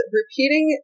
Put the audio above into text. repeating